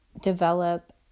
develop